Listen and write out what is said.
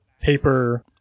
paper